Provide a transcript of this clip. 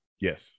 Yes